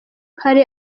hari